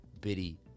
bitty